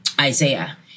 Isaiah